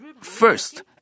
first